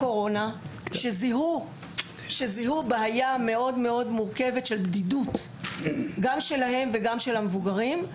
שזיהו בעיה מורכבת מאוד של בדידות גם שלהם וגם של המבוגרים.